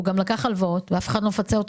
הוא גם לקח הלוואות ואף אחד לא מפצה אותו